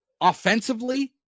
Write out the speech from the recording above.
Offensively